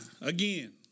Again